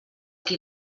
qui